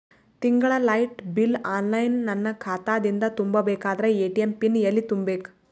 ತಿಂಗಳ light bill online ನನ್ನ ಖಾತಾ ದಿಂದ ತುಂಬಾ ಬೇಕಾದರ ಎ.ಟಿ.ಎಂ ಪಿನ್ ಎಲ್ಲಿ ತುಂಬೇಕ?